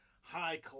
high